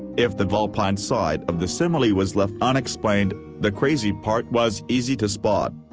if the vulpine side of the simile was left unexplained, the crazy part was easy to spot.